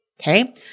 Okay